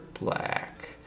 black